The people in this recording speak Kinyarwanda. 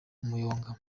umuyonga